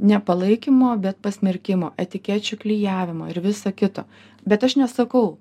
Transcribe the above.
ne palaikymo bet pasmerkimo etikečių klijavimo ir viso kito bet aš nesakau